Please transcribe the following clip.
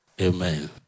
Amen